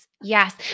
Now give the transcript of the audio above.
yes